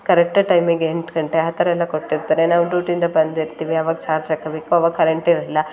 correct ಟೈಮಿಗೆ ಎಂಟು ಗಂಟೆ ಆ ಥರ ಎಲ್ಲ ಕೊಟ್ಟಿರ್ತಾರೆ ನಾವು ಡ್ಯೂಟಿಯಿಂದ ಬಂದಿರ್ತೀವಿ ಅವಾಗ ಚಾರ್ಜ್ ಹಾಕ್ಕೋಬೇಕು ಅವಾಗ ಕರೆಂಟ್ ಇರೋಲ್ಲ